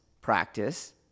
practice